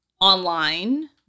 online